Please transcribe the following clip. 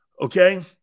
Okay